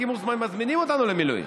כי מזמינים אותנו למילואים.